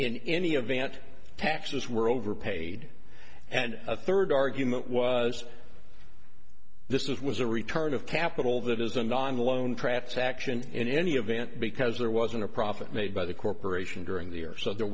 in any event taxes were overpaid and a third argument was this was a return of capital that isn't on loan pratt's action in any event because there wasn't a profit made by the corporation during the year so there